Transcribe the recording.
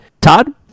Todd